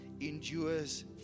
endures